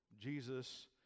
Jesus